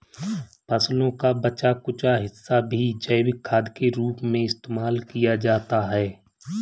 फसलों का बचा कूचा हिस्सा भी जैविक खाद के रूप में इस्तेमाल किया जाता है